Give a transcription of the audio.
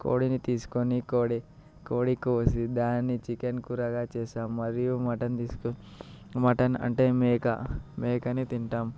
కోడిని తీసుకొని కోడి కోడి కోసి దాన్ని చికెన్ కూరగా చేస్తాం అదేవిధంగా మటన్ తీసుకొని మటన్ అంటే మేక మేకను తింటాము